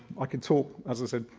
i could talk as i said,